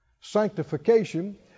Sanctification